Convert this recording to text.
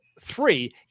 three